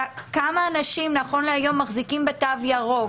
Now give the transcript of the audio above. כמה אנשים נכון להיום מחזיקים בתו ירוק.